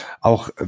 Auch